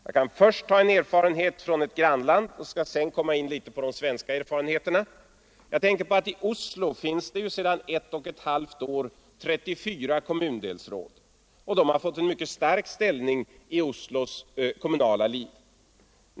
Jag kan först ta som exempel en 34 kommundelsråd, och de har fått en mycket stark ställning i Oslos kom 23 oktober 1974 munala liv.